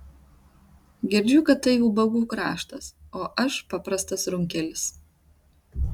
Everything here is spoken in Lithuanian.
girdžiu kad tai ubagų kraštas o aš paprastas runkelis